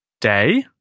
Day